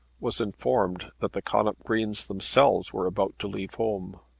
was informed that the connop greens themselves were about to leave home.